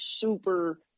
super